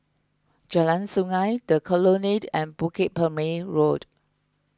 Jalan Sungei the Colonnade and Bukit Purmei Road